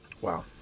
Wow